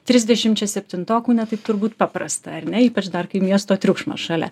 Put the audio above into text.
trisdešimčia septintokų ne taip turbūt paprasta ar ne ypač dar kai miesto triukšmas šalia